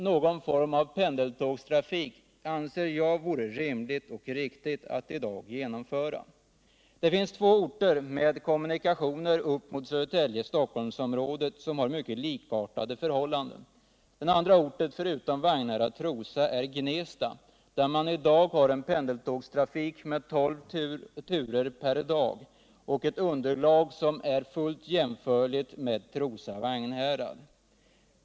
Någon form av pendeltågstrafik anser jag däremot att det vore riktigt och rimligt att i dag införa. Det finns två orter med kommunikationer upp till Södertälje-Stockholmsområdet som har mycket likartade förhållanden. Den andra orten, förutom regionen Vagnhärad-Trosa, är Gnesta, där det nu förekommer pendeltågstrafik med tolv turer per dag och med ett trafikunderlag som är fullt jämförbart med det som finns på sträckan Trosa-Vagnhärad.